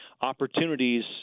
opportunities